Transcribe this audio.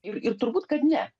ir turbūt kad ne